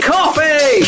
Coffee